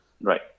Right